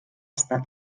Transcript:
estat